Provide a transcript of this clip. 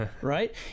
Right